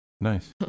Nice